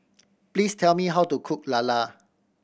please tell me how to cook lala